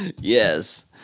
Yes